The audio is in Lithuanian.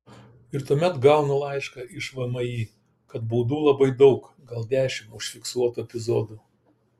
ir tuomet gaunu laišką iš vmi kad baudų labai daug gal dešimt užfiksuotų epizodų